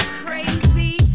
crazy